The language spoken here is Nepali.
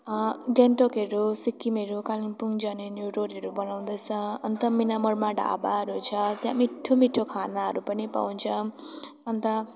गान्तोकहरू सिक्किमहरू कालिम्पोङ जाने न्यू रोडहरू बनाउँदैछ अन्त मिना मोडमा ढाबाहरू छ त्यहाँ मिठो मिठो खानाहरू पनि पाउँछ अन्त